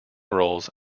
rolls